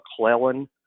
McClellan